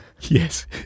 Yes